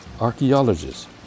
archaeologists